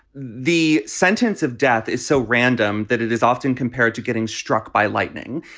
the sentence of death is so random that it is often compared to getting struck by lightning.